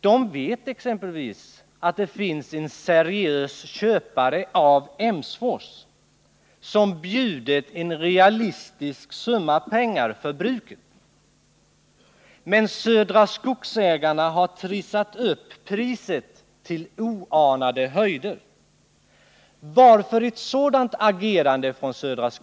De vet exempelvis att det finns en seriös köpare som bjudit en realistisk summa pengar för Emsfors Bruk. Men Södra Skogsägarna har trissat upp priset till oanade höjder. Varför ett sådant agerande?